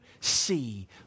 see